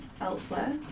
elsewhere